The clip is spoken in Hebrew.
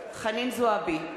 חנין זועבי,